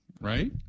Right